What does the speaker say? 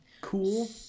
cool